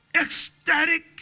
ecstatic